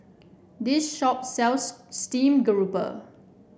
this shop sells Steamed Grouper